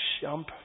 jump